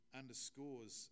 underscores